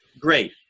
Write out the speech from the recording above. Great